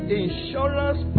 insurance